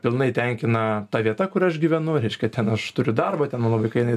pilnai tenkina ta vieta kur aš gyvenu reiškia ten aš turiu darbą ten mano vaikai eina į